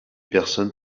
personnes